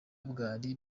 bwari